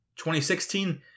2016